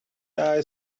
eye